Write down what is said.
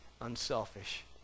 unselfish